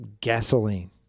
Gasoline